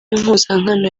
impuzankano